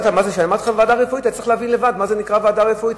כשאני אמרתי לכם "ועדה רפואית" היית צריך להבין לבד מה זה ועדה רפואית.